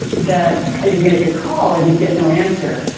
that i did make a call and you'll get no answer.